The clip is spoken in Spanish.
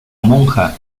monja